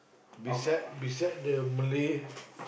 beside beside the Malay